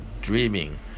dreaming